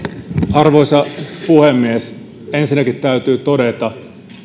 arvoisa puhemies ensinnäkin täytyy todeta